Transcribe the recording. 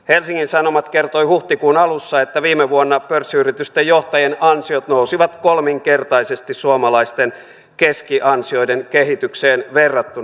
helsingin sanomat kertoi huhtikuun alussa että viime vuonna pörssiyritysten johtajien ansiot nousivat kolminkertaisesti suomalaisten keskiansioiden kehitykseen verrattuna